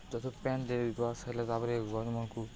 ତତୁ ପାଏନ୍ ଦେଇ ଦୁଆ ସାର୍ଲେ ତାପରେ ଗଛ୍ମାନ୍କୁ